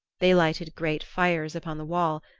they lighted great fires upon the wall,